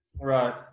Right